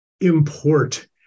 import